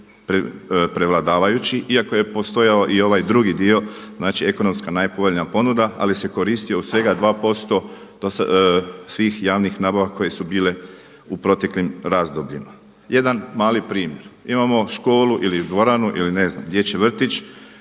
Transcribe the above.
prevladavajući iako je postojao i ovaj drugi dio, znači ekonomska najpovoljnija ponuda ali se koristi u svega 2% svih javnih nabava koje su bile u proteklim razdobljima. Jedan mali primjer. Imamo školu ili dvoranu ili ne znam dječji vrtić